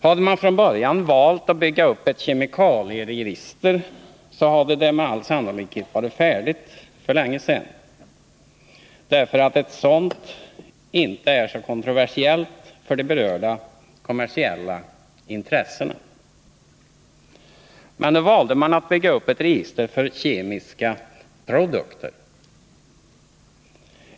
Hade man från början valt att bygga upp ett kemikalieregister, hade det med all sannolikhet varit färdigt för länge sedan, därför att ett sådant inte är kontroversiellt för de berörda kommersiella intressena. Men nu valde man att bygga upp ett register för kemiska produkter.